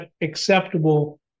acceptable